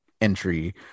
entry